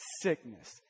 sickness